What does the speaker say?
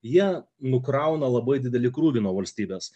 jie nukrauna labai didelį krūvį nuo valstybės